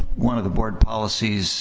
one of the board policies